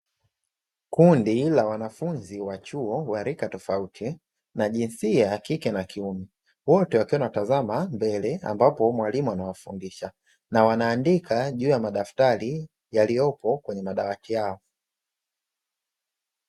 Kundi la wanafunzi wa chuo wa rika tofauti na jinsia ya kike na kiume, wote wakiwa wanatazama mbele ambapo mwalimu anawafundisha na wanaandika juu ya madaftari yaliyopo kwenye madawati yao.